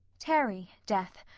tarry, death,